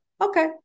okay